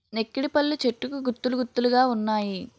నెక్కిడిపళ్ళు చెట్టుకు గుత్తులు గుత్తులు గావున్నాయి